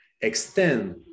extend